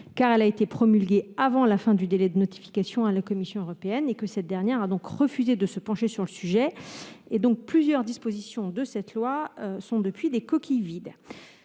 car elle a été promulguée avant la fin du délai de notification à la Commission européenne, laquelle a donc refusé de se pencher sur le sujet. Aussi, plusieurs dispositions de la loi sont aujourd'hui des coquilles vides.